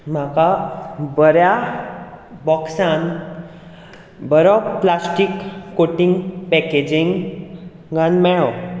म्हाका बऱ्या बॉक्सान बरो प्लाश्टीक कोटींग पॅकेजींग गालून मेळ्ळो